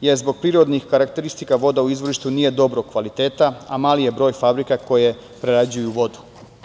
jer zbog prirodnih karakteristika voda nije dobrog kvaliteta, a mali je broj fabrika koje prerađuju vodu.